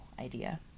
idea